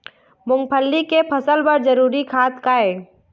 मूंगफली के फसल बर जरूरी खाद का ये?